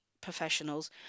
professionals